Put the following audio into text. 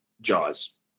Jaws